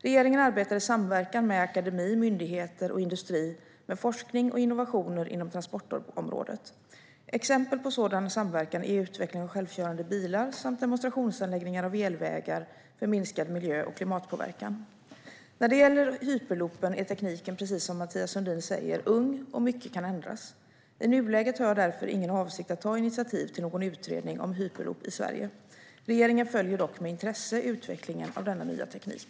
Regeringen arbetar i samverkan med akademi, myndigheter och industri med forskning och innovationer inom transportområdet. Exempel på sådan samverkan är utveckling av självkörande bilar samt demonstrationsanläggningar av elvägar för minskad miljö och klimatpåverkan. När det gäller hyperloopen är tekniken, precis som Mathias Sundin säger, ung och mycket kan ändras. I nuläget har jag därför ingen avsikt att ta initiativ till någon utredning om hyperloop i Sverige. Regeringen följer dock med intresse utvecklingen av denna nya teknik.